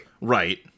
Right